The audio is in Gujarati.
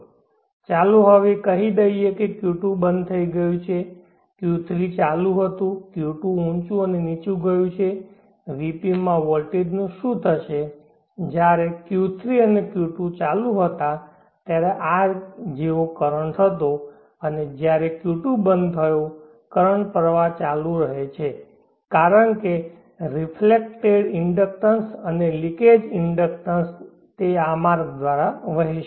હવે ચાલો કહી દઈએ કે Q2 બંધ થઈ ગયું છે Q3 ચાલુ હતું Q2 ઊંચું અને નીચું ગયું છે Vp માં વોલ્ટેજનું શું થશે જ્યારે Q3 અને Q2 ચાલુ હતા ત્યારે આ જેવો કરંટ હતો અને જ્યારે Q2 બંધ થયો કરંટ પ્રવાહ ચાલુ રહે છે કારણ કે રેફલેકટેડ ઇન્ડક્ટન્સ અને લિકેજ ઇન્ડક્ટન્સ તે આ માર્ગ દ્વારા વહેશે